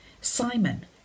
Simon